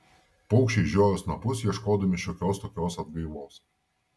paukščiai žiojo snapus ieškodami šiokios tokios atgaivos